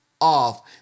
off